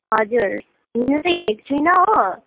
हजुर हिँड्नु त हिँडेको छुइनँ हो